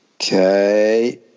Okay